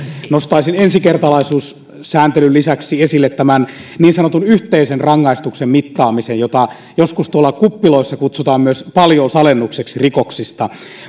nostaisin ensikertalaisuussääntelyn lisäksi esille tämän niin sanotun yhteisen rangaistuksen mittaamisen jota joskus tuolla kuppiloissa kutsutaan myös paljousalennukseksi rikoksista